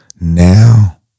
Now